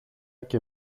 και